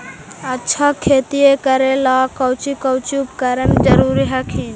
अच्छा खेतिया करे ला कौची कौची उपकरण जरूरी हखिन?